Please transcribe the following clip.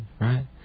right